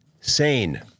sane